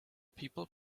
people